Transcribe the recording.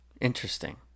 interesting